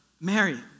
Mary